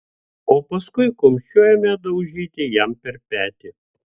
o paskui kumščiu ėmė daužyti jam per petį